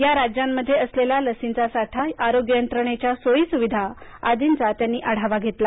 या राज्यांमध्ये असलेला लसींचा साठा आरोग्य यंत्रणेच्या सोयी सुविधा आदीचा त्यांनी आढावा घेतला